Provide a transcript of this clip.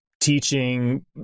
teaching